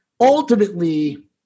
ultimately